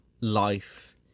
life